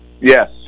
Yes